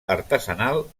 artesanal